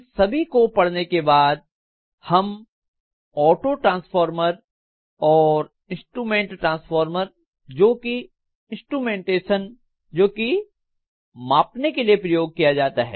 इन सभी को पढ़ने के बाद हम ऑटो ट्रांसफार्मर और इंस्ट्रूमेंट ट्रांसफार्मर जो कि इंस्ट्रूमेंटेशन जो की मापने के लिये प्रयोग किया जाता है